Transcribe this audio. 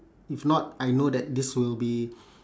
if not I know that this will be